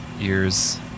ears